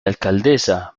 alcaldesa